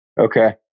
Okay